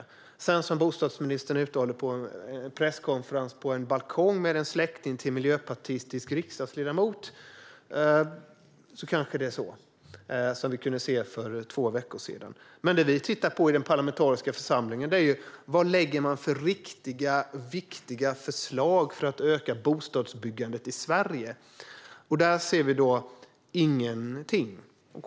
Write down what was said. I stället har bostadsministern en presskonferens på en balkong med en släkting till en miljöpartistisk riksdagsledamot, vilket vi kunde se för två veckor sedan. Det vi tittar på i den parlamentariska församlingen är vad regeringen lägger fram för viktiga förslag för att öka bostadsbyggandet i Sverige, och här ser vi ingenting.